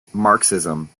marxism